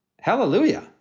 Hallelujah